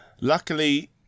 luckily